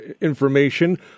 information